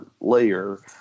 layer